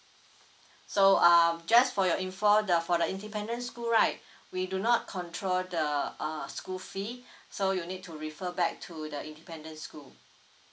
so um just for your info the for the independent school right we do not control the uh school fee so you need to refer back to the independent school